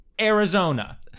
Arizona